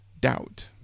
doubt